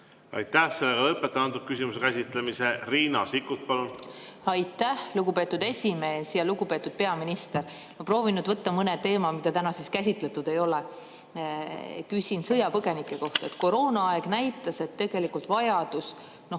Aitäh! Lõpetan selle küsimuse käsitlemise. Riina Sikkut, palun! Aitäh, lugupeetud esimees! Lugupeetud peaminister! Ma proovin nüüd võtta mõne teema, mida täna käsitletud ei ole. Küsin sõjapõgenike kohta. Koroona aeg näitas, et tegelikult vajadus